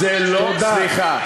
זה לא, הציבור לא שלח אותו כדי להתקזז.